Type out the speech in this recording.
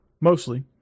mostly